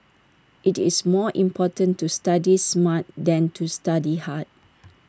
IT is more important to study smart than to study hard